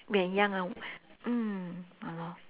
when young ah mm !hannor!